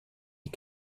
die